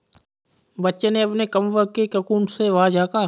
बच्चे ने अपने कंबल के कोकून से बाहर झाँका